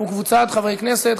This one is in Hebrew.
וקבוצת חברי הכנסת.